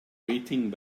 waiting